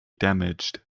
damaged